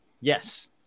Yes